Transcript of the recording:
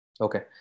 okay